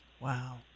Wow